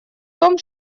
том